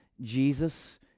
Jesus